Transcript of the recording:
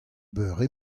beure